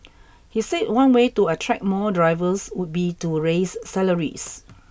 he said one way to attract more drivers would be to raise salaries